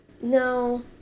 No